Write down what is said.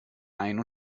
ein